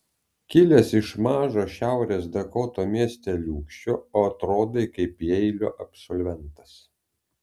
kilęs iš mažo šiaurės dakotos miesteliūkščio o atrodai kaip jeilio absolventas